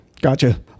gotcha